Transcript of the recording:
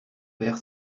perd